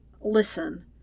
Listen